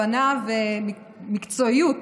הבנה ומקצועיות